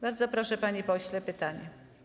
Bardzo proszę, panie pośle, pytanie.